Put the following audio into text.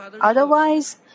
Otherwise